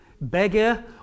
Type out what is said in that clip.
beggar